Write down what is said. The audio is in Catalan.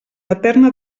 eterna